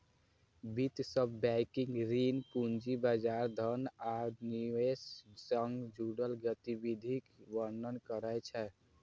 वित्त शब्द बैंकिंग, ऋण, पूंजी बाजार, धन आ निवेश सं जुड़ल गतिविधिक वर्णन करै छै